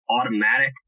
automatic